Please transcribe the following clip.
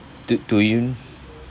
to do you